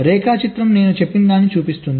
రేఖాచిత్రం నేను చెప్పినదానిని చూపిస్తుంది